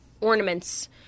ornaments